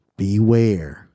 beware